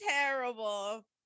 Terrible